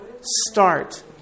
start